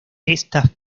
estas